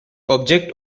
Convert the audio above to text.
object